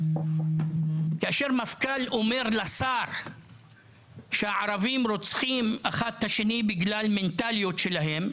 כאשר מפכ״ל אומר לשר שערבים רוצחים אחד את השני בגלל המנטליות שלהם,